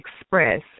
express